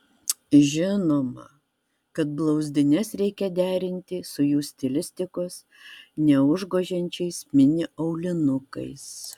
žinoma kad blauzdines reikia derinti su jų stilistikos neužgožiančiais mini aulinukais